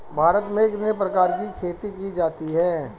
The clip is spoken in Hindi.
भारत में कितने प्रकार की खेती की जाती हैं?